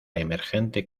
emergente